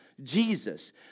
Jesus